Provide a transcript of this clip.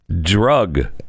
drug